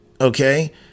Okay